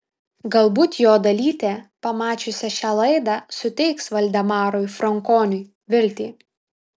galbūt jo dalytė pamačiusi šią laidą suteiks valdemarui frankoniui viltį